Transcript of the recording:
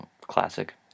classic